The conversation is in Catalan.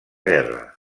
guerra